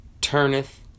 turneth